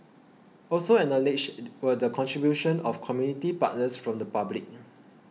also acknowledged were the contributions of community partners from the public